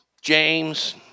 James